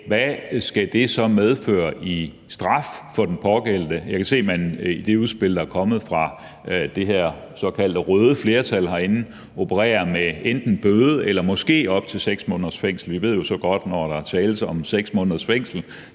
hvad det så skal medføre i straf for den pågældende. Jeg kan se, at man i det udspil, der er kommet fra det her såkaldte røde flertal herinde, opererer med enten bøde eller måske op til 6 måneders fængsel – vi ved jo så godt, at når der tales om 6 måneders fængsel,